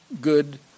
good